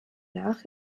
nach